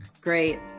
great